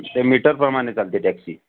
metre प्रमाणे चालते taxi